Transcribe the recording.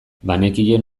banekien